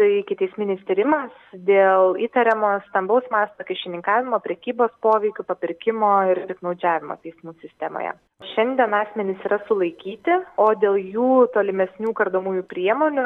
ikiteisminis tyrimas dėl įtariamo stambaus masto kyšininkavimo prekybos poveikiu papirkimo ir piktnaudžiavimo teismų sistemoje šiandien asmenys yra sulaikyti o dėl jų tolimesnių kardomųjų priemonių